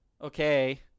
okay